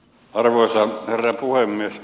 arvoisa herra puhemies